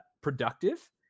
productive